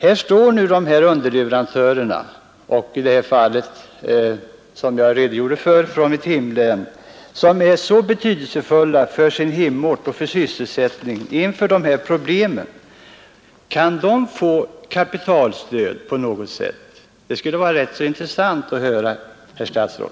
Här står nu underleverantörerna — t.ex. i det fall jag nämnde från mitt hemlän — som är så betydelsefulla för sin hemort och dess sysselsättning inför stora problem. Kan de få kapitalstöd på något sätt? Det skulle vara rätt intressant att höra, herr statsråd.